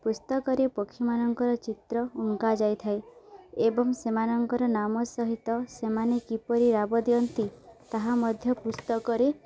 ପୁସ୍ତକରେ ପକ୍ଷୀମାନଙ୍କର ଚିତ୍ର ଅଙ୍କା ଯାଇଥାଏ ଏବଂ ସେମାନଙ୍କର ନାମ ସହିତ ସେମାନେ କିପରି ରାବ ଦିଅନ୍ତି ତାହା ମଧ୍ୟ ପୁସ୍ତକରେ